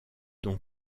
donc